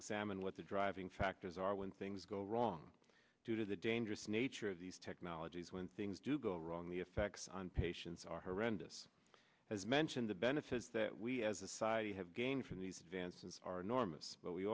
examine what the driving factors are when things go wrong due to the dangerous nature of these technologies when things do go wrong the effects on patients are horrendous as mentioned the benefits that we as a society have gained from these advances are enormous but we